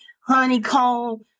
honeycomb